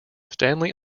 stanley